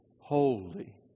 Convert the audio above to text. holy